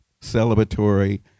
celebratory